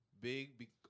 big